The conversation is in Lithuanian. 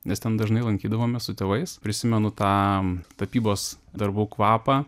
nes ten dažnai lankydavomės su tėvais prisimenu tam tapybos darbų kvapą